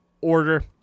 order